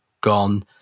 gone